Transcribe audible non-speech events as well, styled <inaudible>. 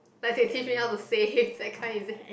like <laughs> they teach me how to save that kind is it